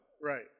Right